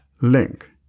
link